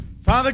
Father